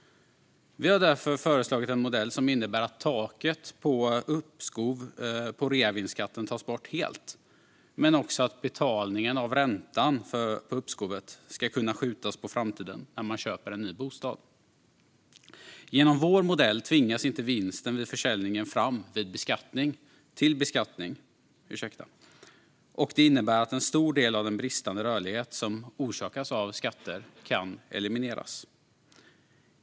Vi har därför föreslagit en modell som innebär att taket för uppskov på reavinstskatten helt tas bort men också att betalningen av räntan på uppskovet ska kunna skjutas på framtiden när man köper en ny bostad. Genom vår modell tvingas vinsten vid försäljningen inte fram till beskattning, och det innebär att en stor del av den bristande rörlighet som orsakas av skatter kan elimineras.